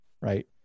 right